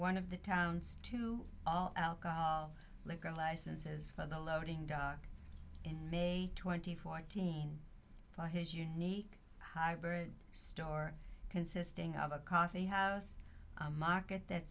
one of the town's two all alcohol liquor licenses for the loading dock in may twenty fourth teen from his unique hybrid store consisting of a coffee house market that